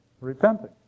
repenting